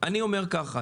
אני אומר ככה,